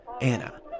Anna